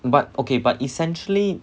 but okay but essentially